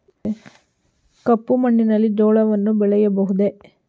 ಕಪ್ಪು ಮಣ್ಣಿನಲ್ಲಿ ಜೋಳವನ್ನು ಬೆಳೆಯಬಹುದೇ?